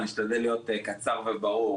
אני אשתדל להיות קצר וברור,